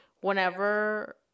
whenever